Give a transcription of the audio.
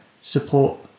support